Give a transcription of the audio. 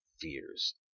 fears